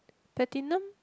platinum